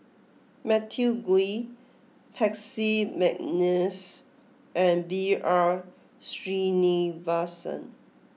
Matthew Ngui Percy McNeice and B R Sreenivasan